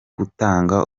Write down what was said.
gutanga